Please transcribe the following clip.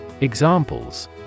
Examples